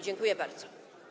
Dziękuję bardzo.